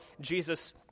Jesus